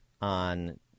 on